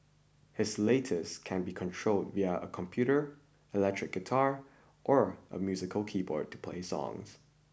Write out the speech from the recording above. his latest can be controlled via a computer electric guitar or musical keyboard to play songs